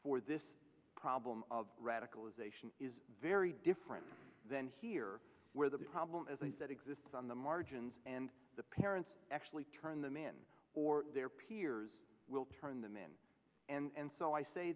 for this problem of radicalization is very different than here where the problem is that exists on the margins and the parents actually turn them in or their peers will turn them in and so i say